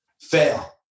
fail